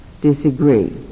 disagree